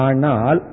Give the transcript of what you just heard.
Anal